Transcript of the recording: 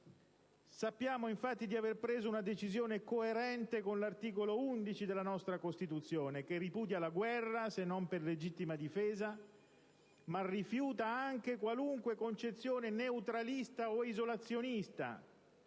Sappiamo infatti di aver preso una decisione coerente con l'articolo 11 della nostra Costituzione, che ripudia la guerra se non per legittima difesa, ma rifiuta anche qualunque concezione neutralista o isolazionista,